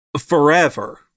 forever